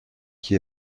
qui